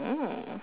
mm